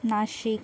Nashik